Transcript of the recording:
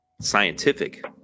scientific